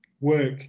work